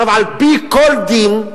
על-פי כל דין,